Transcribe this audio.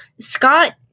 Scott